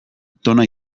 tona